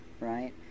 right